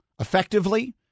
effectively